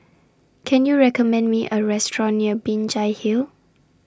Can YOU recommend Me A Restaurant near Binjai Hill